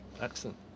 Excellent